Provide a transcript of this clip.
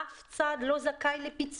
אף צד לא יהיה זכאי לפיצוי.